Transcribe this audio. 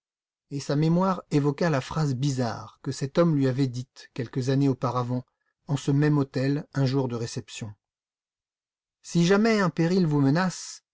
et sa mémoire évoqua la phrase bizarre que cet homme lui avait dite quelques années auparavant en ce même hôtel un jour de réception si jamais un péril vous menace